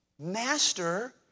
Master